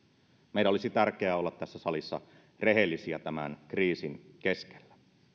meidän olisi tärkeää olla tässä salissa rehellisiä tämän kriisin keskellä